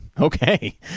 Okay